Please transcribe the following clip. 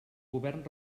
govern